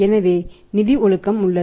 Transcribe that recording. எனவே நிதி ஒழுக்கம் உள்ளது